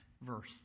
verse